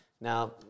now